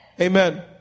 Amen